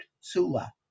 Sula